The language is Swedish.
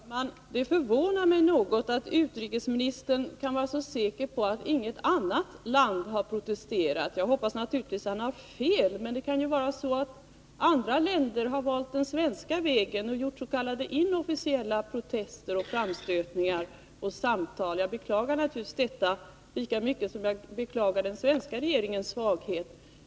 Herr talman! Det förvånar mig något att utrikesministern kan vara så säker påatt inget annat land har protesterat. Jag hoppas naturligtvis att han har fel. Men det kan ju vara så att andra länder har valt samma väg som Sverige och gjorts.k. inofficiella protester och framstötar samt fört samtal. Jag beklagar naturligtvis detta lika mycket som jag beklagar den svenska regeringens svaghet.